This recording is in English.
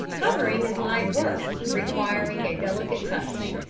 covering is light work requiring a delicate touch,